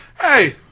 Hey